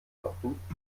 knochen